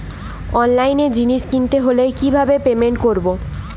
অনলাইনে জিনিস কিনতে হলে কিভাবে পেমেন্ট করবো?